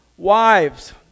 Wives